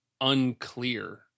unclear